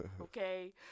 Okay